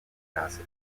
acid